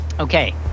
Okay